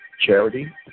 charity